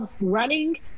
running